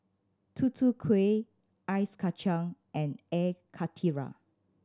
Tutu Kueh ice kacang and Air Karthira